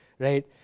Right